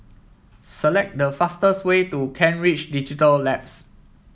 select the fastest way to Kent Ridge Digital Labs